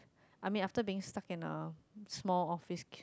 I mean after being stucked in a small office